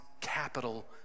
capital